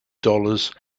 dollars